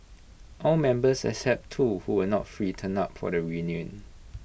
all members except two who were not free turned up for the reunion